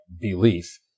belief